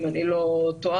אם אני לא טועה,